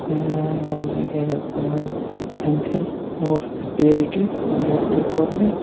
یہِ حظ یہِ کیٛاہ چھِ اَتھ وَنان اٮ۪م پھِل اور پی اٮ۪چ ڈی نٮ۪ٹ تہِ کوٚر مےٚ